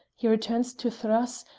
he returns to thrace,